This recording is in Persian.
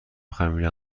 خمیر